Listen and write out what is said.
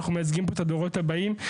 אנחנו מייצגים פה את הדורות הבאים.